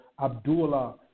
Abdullah